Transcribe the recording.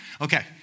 Okay